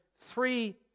three